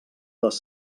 les